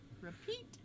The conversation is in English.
repeat